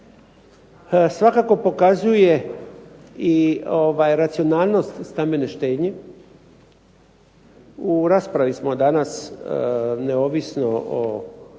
svakako pokazuje i racionalnost stambene štednje. U raspravi smo danas, neovisno o